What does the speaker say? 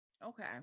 Okay